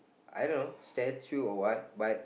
I dunno statue or what but